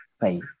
faith